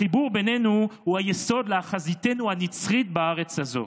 החיבור בינינו הוא היסוד לאחיזתנו הנצחית בארץ הזו.